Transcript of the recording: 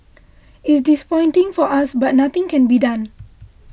it's disappointing for us but nothing can be done